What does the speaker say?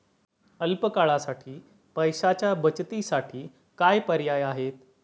अल्प काळासाठी पैशाच्या बचतीसाठी काय पर्याय आहेत?